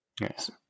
Yes